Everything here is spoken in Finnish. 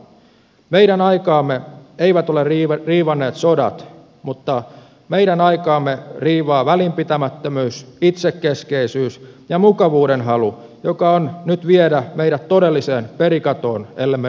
meidän aikaamme eivät ole riivanneet sodat mutta meidän aikaamme riivaa välinpitämättömyys itsekeskeisyys ja mukavuudenhalu joka on nyt viedä meidät todelliseen perikatoon ellemme ryhdistäydy